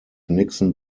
nixon